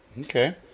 Okay